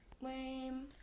Lame